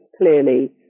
clearly